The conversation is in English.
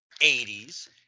80s